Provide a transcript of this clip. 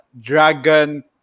dragon